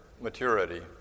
maturity